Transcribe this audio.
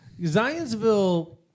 Zionsville